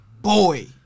Boy